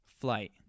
Flight